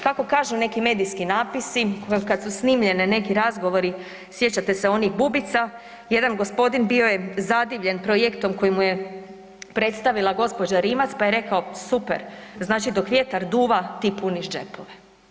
Kako kažu neki medijski natpisi koji kad su snimljeni neki razgovori, sjećate se onih bubica, jedan gospodin bio je zadivljen projektom koji mu je predstavila gđa. Rimac, pa je rekao super, znači dok vjetar duva, ti puniš džepove.